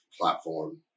platform